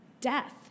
death